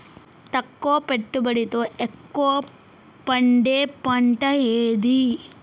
తక్కువ పెట్టుబడితో ఎక్కువగా పండే పంట ఏది?